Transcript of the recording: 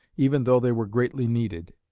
even though they were greatly needed.